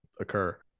occur